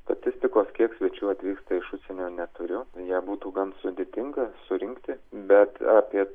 statistikos kiek svečių atvyksta iš užsienio neturiu ją būtų gan sudėtinga surinkti bet apie